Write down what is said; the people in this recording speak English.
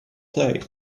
play